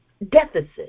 deficit